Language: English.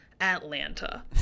Atlanta